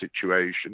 situation